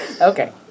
Okay